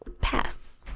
pass